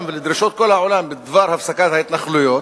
ולדרישות כל העולם בדבר הפסקת ההתנחלויות,